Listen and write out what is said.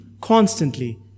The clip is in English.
constantly